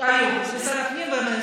מי זה הם?